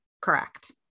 Correct